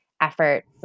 efforts